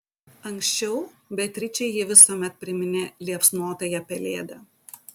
anksčiau beatričei ji visuomet priminė liepsnotąją pelėdą